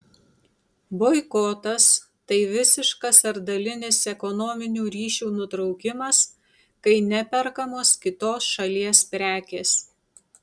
boikotas tai visiškas ar dalinis ekonominių ryšių nutraukimas kai neperkamos kitos šalies prekės